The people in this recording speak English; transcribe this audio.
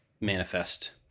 manifest